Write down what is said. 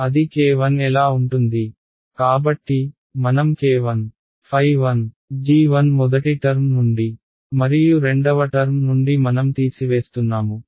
అది k1 ఎలా ఉంటుంది కాబట్టి మనం k1ɸ1g1 మొదటి టర్మ్ నుండి మరియు రెండవ టర్మ్ నుండి మనం తీసివేస్తున్నాము